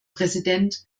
präsident